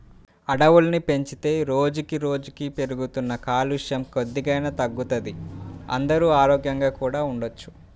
అడవుల్ని పెంచితే రోజుకి రోజుకీ పెరుగుతున్న కాలుష్యం కొద్దిగైనా తగ్గుతది, అందరూ ఆరోగ్యంగా కూడా ఉండొచ్చు